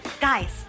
Guys